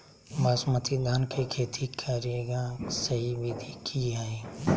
बासमती धान के खेती करेगा सही विधि की हय?